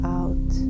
out